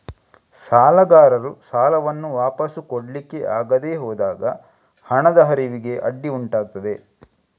ಸಾಲಗಾರರು ಸಾಲವನ್ನ ವಾಪಸು ಕೊಡ್ಲಿಕ್ಕೆ ಆಗದೆ ಹೋದಾಗ ಹಣದ ಹರಿವಿಗೆ ಅಡ್ಡಿ ಉಂಟಾಗ್ತದೆ